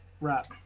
Right